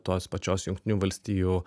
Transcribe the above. tos pačios jungtinių valstijų